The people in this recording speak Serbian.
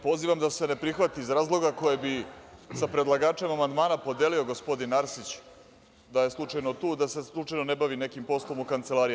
Pozivam da se ne prihvati iz razloga koje bi sa predlagačem amandmana podelio gospodin Arsić, da je slučajno tu, da se slučajno ne bavi nekim poslom u kancelariji.